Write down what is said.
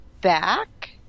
back